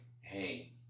hey